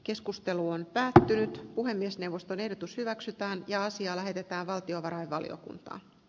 keskustelu on päädytty nyt puhemiesneuvoston ehdotus hyväksytään ja asia lähetetään valtiovarainvaliokuntaan